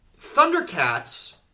Thundercats